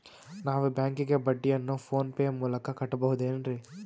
ನಾವು ಬ್ಯಾಂಕಿಗೆ ಬಡ್ಡಿಯನ್ನು ಫೋನ್ ಪೇ ಮೂಲಕ ಕಟ್ಟಬಹುದೇನ್ರಿ?